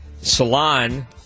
Salon